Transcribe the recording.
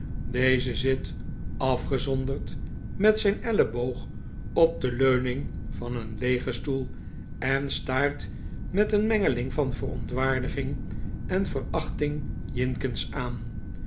deze zit afgezonderd met zijn elleboog op de leuning van een leegen stoel en staart met een mengeling van verontwaardiging en verachting jinkins aan